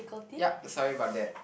yup sorry about that